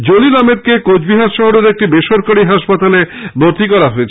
জলিল আহ্মেদকে কোচবিহার শহরের একটি বেসরকারি হাসপাতালে ভর্তি করা হয়েছে